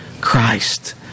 Christ